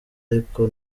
ariko